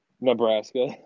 Nebraska